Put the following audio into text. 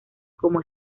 como